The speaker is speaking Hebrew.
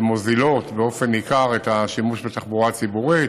שמוזילות באופן ניכר את השימוש בתחבורה הציבורית,